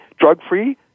Drug-free